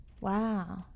wow